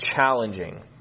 challenging